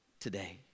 today